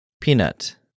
Peanut